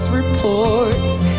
reports